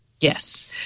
Yes